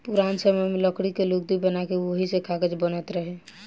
पुरान समय में लकड़ी के लुगदी बना के ओही से कागज बनत रहे